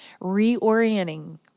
reorienting